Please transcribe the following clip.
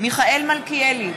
מיכאל מלכיאלי,